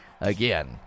again